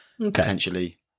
potentially